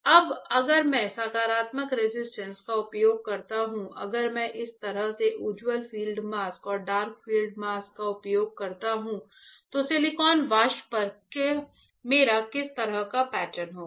अब अगर मैं सकारात्मक रेसिस्ट का उपयोग करता हूं और अगर मैं इस तरह से उज्ज्वल फील्ड मास्क और डार्क फील्ड मास्क का उपयोग करता हूं तो सिलिकॉन वाष्प पर मेरा किस तरह का पैटर्न होगा